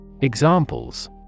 Examples